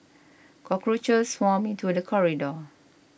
cockroaches swarmed into the corridor